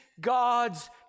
God's